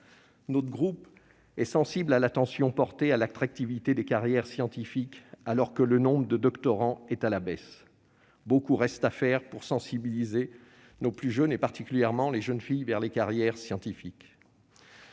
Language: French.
Notre groupe est sensible à l'attention portée à l'attractivité des carrières scientifiques, alors que le nombre de doctorants est à la baisse. Beaucoup reste à faire pour sensibiliser nos plus jeunes, et particulièrement les jeunes filles, aux carrières scientifiques.